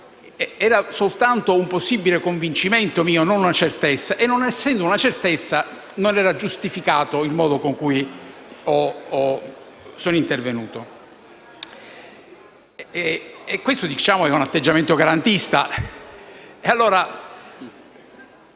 era solo un mio possibile convincimento, non una certezza e non essendo una certezza non era giustificato il modo in cui sono intervenuto. Il mio è un atteggiamento garantista,